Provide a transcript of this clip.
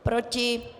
Proti?